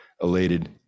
elated